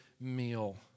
meal